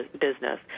business